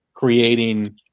Creating